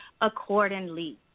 accordingly